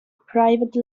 private